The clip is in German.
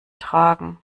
tragen